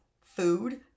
food